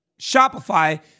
Shopify